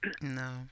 No